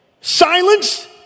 silence